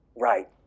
Right